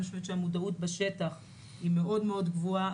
אני חושבת שהמודעות בשטח היא מאוד-מאוד גבוהה,